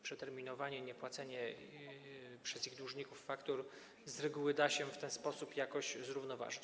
Przeterminowanie, niepłacenie przez ich dłużników faktur z reguły da się w ten sposób jakoś zrównoważyć.